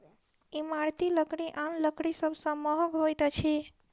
इमारती लकड़ी आन लकड़ी सभ सॅ महग होइत अछि